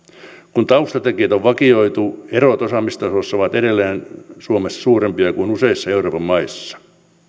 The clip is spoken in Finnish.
kun taustatekijät on vakioitu erot osaamistasossa ovat edelleen suurempia suomessa kuin useissa euroopan maissa